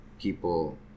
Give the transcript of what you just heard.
people